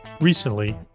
recently